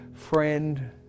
friend